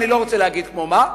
אני לא רוצה להגיד כמו מה.